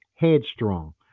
headstrong